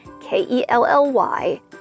K-E-L-L-Y